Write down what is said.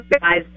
guys